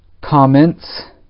comments